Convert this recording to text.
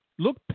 Look